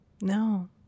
no